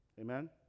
Amen